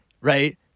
right